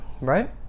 right